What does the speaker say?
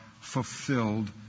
fulfilled